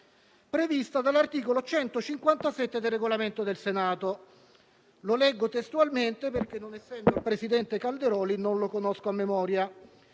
prevista dall'articolo 157 del Regolamento del Senato, che leggo testualmente perché, non essendo io il presidente Calderoli, non lo conosco a memoria: